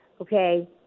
okay